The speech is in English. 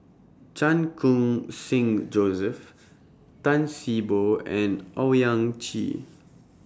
Chan Khun Sing Joseph Tan See Boo and Owyang Chi